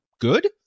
good